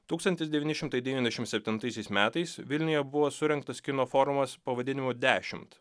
tūkstantis devyni šimtai devyniasdešim septintaisiais metais vilniuje buvo surengtas kino forumas pavadinimu dešimt